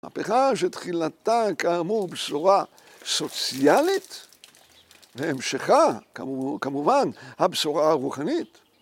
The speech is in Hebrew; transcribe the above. המהפכה שתחילתה, כאמור, בשורה סוציאלית והמשכה, כמובן, הבשורה הרוחנית.